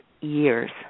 years